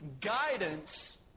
Guidance